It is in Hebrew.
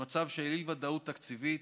במצב של אי-ודאות תקציבית,